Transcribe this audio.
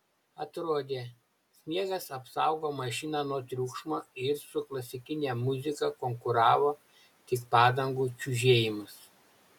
atrodė sniegas apsaugo mašiną nuo triukšmo ir su klasikine muzika konkuravo tik padangų čiužėjimas